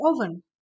oven